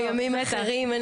נפגש בימים אחרים,